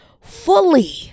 fully